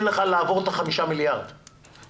לך לעבור את חמשת המיליארדים הראשונים מתוך הסכום.